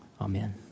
amen